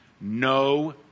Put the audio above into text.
No